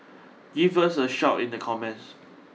give us a shout in the comments